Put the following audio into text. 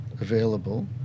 available